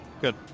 Good